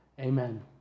Amen